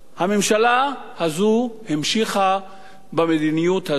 הממשלה הזאת המשיכה במדיניות הזאת.